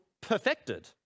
perfected